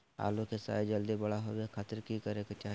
आलू के साइज जल्दी बड़ा होबे खातिर की करे के चाही?